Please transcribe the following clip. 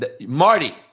Marty